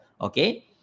Okay